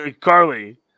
Carly